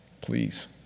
please